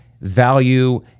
value